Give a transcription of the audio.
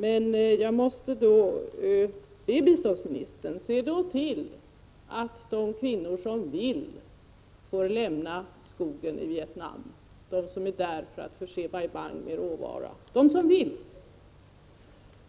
Men jag måste då be biståndsministern att se till att de kvinnor som vill får lämna skogen i Vietnam, de kvinnor som arbetar där för att förse Bai Bang med råvara.